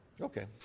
Okay